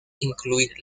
incluir